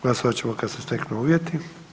Glasovat ćemo kad se steknu uvjeti.